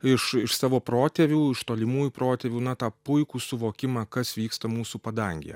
iš iš savo protėvių iš tolimųjų protėvių na tą puikų suvokimą kas vyksta mūsų padangėje